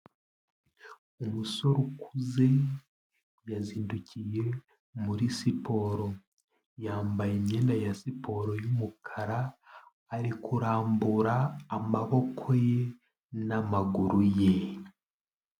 Umusore ukuze, yazindukiye muri siporo. Yambaye imyenda ya siporo y'umukara, ari kurambura amaboko ye, n'amaguru ye.